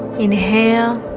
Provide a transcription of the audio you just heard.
inhale